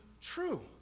true